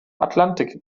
atlantik